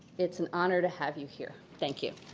it's an honor to have you here. thank you.